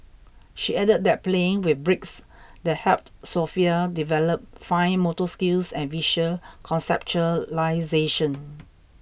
she added that playing with bricks that helped Sofia develop fine motor skills and visual conceptualisation